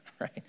right